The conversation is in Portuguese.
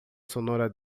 sonora